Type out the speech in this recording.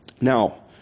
Now